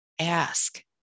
ask